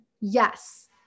Yes